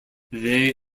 they